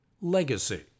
Legacy